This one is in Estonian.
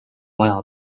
vaja